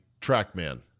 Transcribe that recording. TrackMan